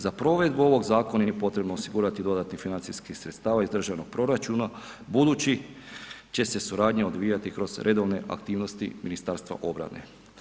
Za provedbu ovog zakona nije potrebno osigurati dodatnih financijskih sredstva iz državnog proračuna budući će se suradnja odvijati kroz redovne aktivnosti Ministarstva obrane.